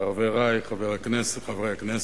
חברי חברי הכנסת,